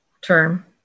term